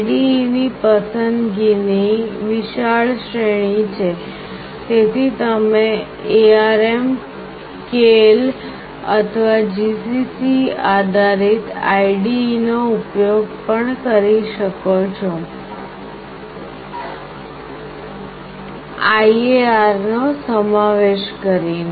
IDEની પસંદગી ની વિશાળ શ્રેણી છે તેથી તમે ARM Keil અથવા GCC આધારિત IDE નો ઉપયોગ પણ કરી શકો છો IAR નો સમાવેશ કરીને